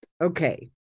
okay